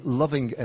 loving